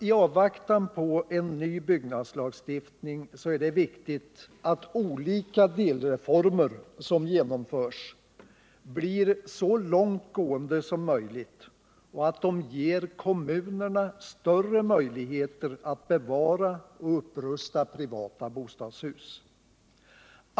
I avvaktan på en ny byggnadslagstiftning är det viktigt att olika delreformer som genomförs blir så långtgående som möjligt och att de ger kommunerna större möjligheter att bevara och upprusta privata bostadshus.